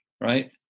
right